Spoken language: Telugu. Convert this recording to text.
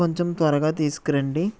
కొంచెం త్వరగా తీసుకురండి